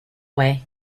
way